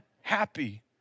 happy